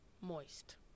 moist